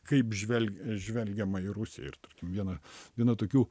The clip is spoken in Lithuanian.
kaip žvelg žvelgiama į rusiją ir tarkim vieną viena tokių